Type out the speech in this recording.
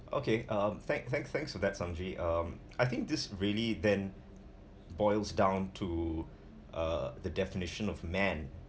okay um thank thank thanks for that sonji um I think this really then boils down to uh the definition of man